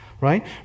right